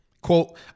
Quote